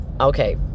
okay